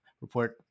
report